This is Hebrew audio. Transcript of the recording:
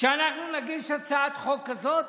שאנחנו נגיש הצעת חוק כזאת,